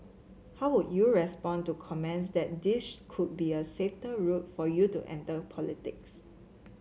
how would you respond to comments that this could be a safer route for you to enter politics